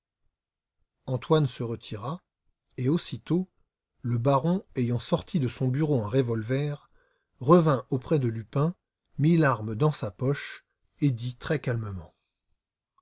antoine se retira et aussitôt le baron ayant sorti de son bureau un revolver revint auprès de lupin mit l'arme dans sa poche et dit très calmement